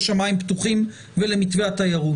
חוזרים לשמיים פתוחים ולמתווה התיירות.